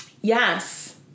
Yes